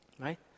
right